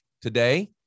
Today